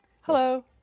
Hello